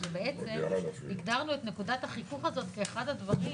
כשבעצם הגדרנו את נקודת החיכוך הזאת כאחד הדברים